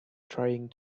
trying